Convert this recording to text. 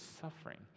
suffering